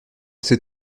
c’est